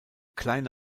kleine